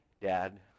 dad